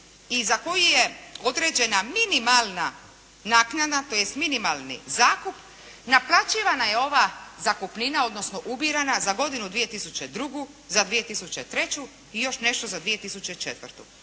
i za koju je određena minimalna naknada tj. minimalni zakup naplaćivana je ova zakupnina odnosno ubirana za godinu 2002., za 2003. i još nešto za 2004.